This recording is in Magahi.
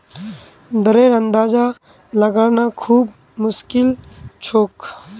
दरेर अंदाजा लगाना खूब मुश्किल छोक